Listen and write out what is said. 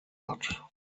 hat